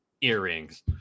earrings